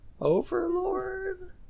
overlord